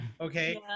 Okay